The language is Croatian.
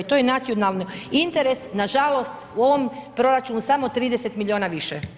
To je nacionalni interes, nažalost u ovom proračunu samo 30 miliona više.